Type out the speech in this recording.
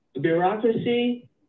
Bureaucracy